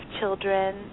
children